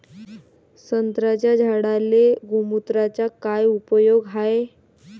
संत्र्याच्या झाडांले गोमूत्राचा काय उपयोग हाये?